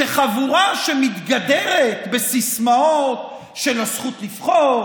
שחבורה שמתגדרת בסיסמאות של הזכות לבחור